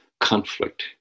conflict